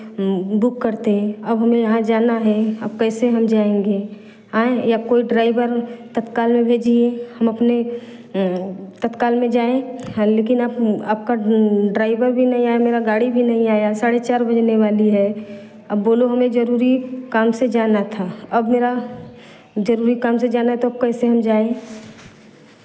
book करते अब हमें यहाँ जाना है अब कैसे हम जाएँगे आएँ या कोई ड्राइवर तत्काल में भेजिए हम अपने तत्काल में जाएँ हाँ लेकिन आप आपका ड्राइवर भी नहीं आया मेरा गाड़ी भी नहीं आया साढ़े चार बजने वाली है अब बोलो हमें ज़रूरी काम से जाना था अब मेरा ज़रूरी काम से जाना तो अब कैसे हम जाएँ